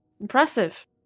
Impressive